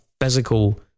physical